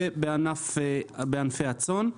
ובענפי הצאן.